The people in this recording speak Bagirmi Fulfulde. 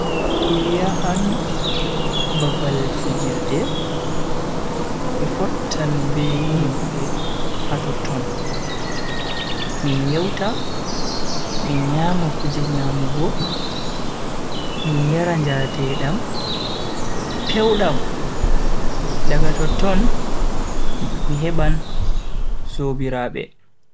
Mi yahan babal fijirde mi fottan be himbe ha totton. min yewta min nyama kuje nyamugo min yara njarateedam pewdam daga totton mi heban sobiraabe.